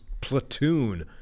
platoon